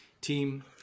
team